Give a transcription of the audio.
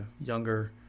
younger